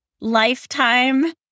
lifetime